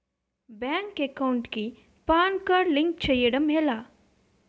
Bank account కి PAN card link చేయడం ఎలా?